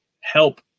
help